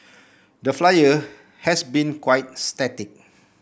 the Flyer has been quite static